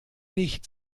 nicht